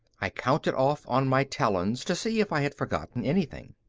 i counted off on my talons to see if i had forgotten anything.